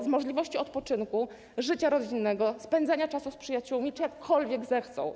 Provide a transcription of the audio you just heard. z możliwości odpoczynku, życia rodzinnego, spędzania czasu z przyjaciółmi czy jakkolwiek zechcą.